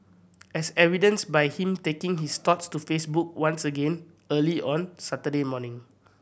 as evidenced by him taking his thoughts to Facebook once again early on Saturday morning